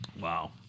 Wow